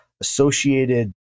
associated